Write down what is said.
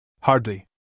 Hardly